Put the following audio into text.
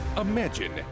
Imagine